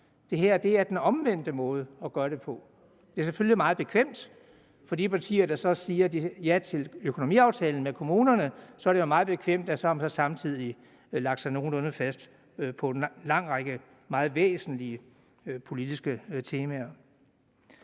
Det her er den omvendte måde at gøre det på. Men det er jo selvfølgelig meget bekvemt for de partier, der så siger ja til økonomiaftalen med kommunerne, for så har man samtidig lagt sig nogenlunde fast på en lang række meget væsentlige politiske temaer.